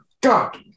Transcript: god